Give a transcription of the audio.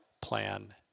Plan